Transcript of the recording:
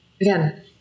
Again